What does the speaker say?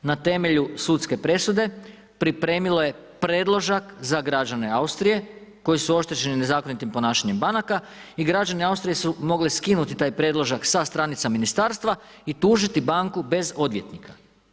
Na temelju sudske presude pripremilo je predložak za građane Austrije koji su oštećeni nezakonitim ponašanjem banaka i građani Austrije su mogli skinuti taj predložak sa stranica ministarstva i tužiti banku bez odvjetnika.